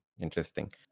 Interesting